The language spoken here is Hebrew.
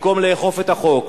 במקום לאכוף את החוק,